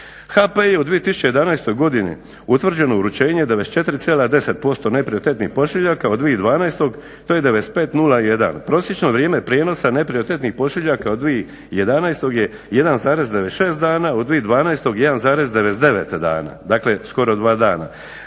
HP je u 2011. godini utvrđeno uručenje 94,10% neprioritetnih pošiljaka, a u 2012. to je 95,01. Prosječno vrijeme prijenosa neprioritetnih pošiljaka u 2011. je 1,96 dana, u 2012. 1,99 dana, dakle skoro dva dana.